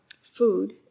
food